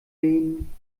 lehnen